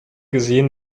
gesehen